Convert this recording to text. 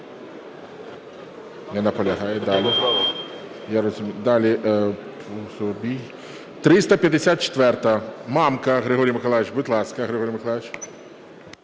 Не наполягає. Далі. 354-а, Мамка Григорій Миколайович. Будь ласка, Григорій Миколайович.